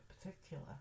particular